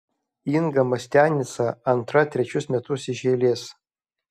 inga mastianica antra trečius metus iš eilės